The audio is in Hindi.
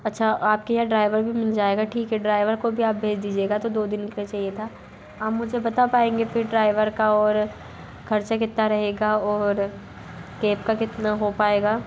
अच्छा आप के यहाँ ड्राइवर भी मिल जाएगा ठीक है ड्राइवर को भी आप भेज दीजिएगा तो दो दिन के लिए चाहिए था आप मुझे बता पाएंगे फिर ड्राइवर का और ख़र्च कितना रहगा और केब का कितना हो पाएगा